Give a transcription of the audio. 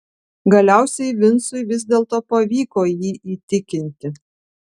galiausiai vincui vis dėlto pavyko jį įtikinti